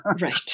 Right